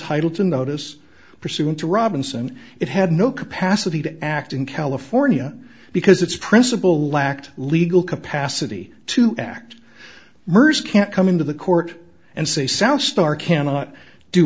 entitle to notice pursuant to robinson it had no capacity to act in california because its principle lacked legal capacity to act mers can't come into the court and say south star cannot do